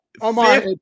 Omar